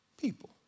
people